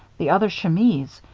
the other chemise,